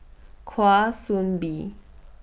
Kwa Soon Bee